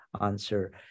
answer